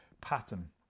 pattern